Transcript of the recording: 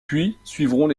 suivront